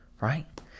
right